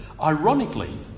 ironically